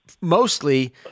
Mostly